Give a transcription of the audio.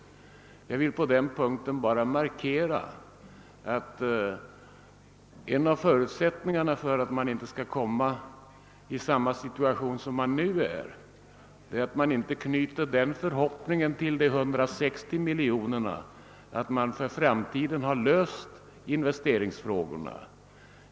Jag vill på den punkten bara markera, att en av förutsättningarna för att man inte åter skall komma i samma situation som den man nu befinner sig i är, att man inte knyter den förhoppningen till de 160 miljonerna att man tror sig därmed för framtiden ha löst investeringsproblemet.